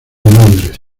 londres